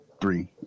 three